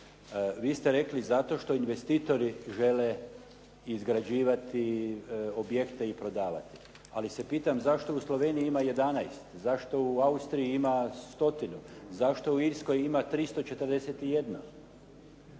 Vi ste rekli: «Zato što investitori žele izgrađivati objekte i prodavati.» Ali se pitam zašto u Sloveniji ima 11? Zašto u Austriji ima stotinu? Zašto u Irskoj ima 341?